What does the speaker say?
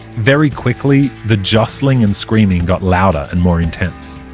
very quickly, the jostling and screaming got louder and more intense.